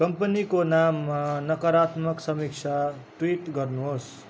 कम्पनीको नाममा नकारात्मक समीक्षा ट्विट गर्नुहोस्